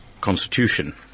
constitution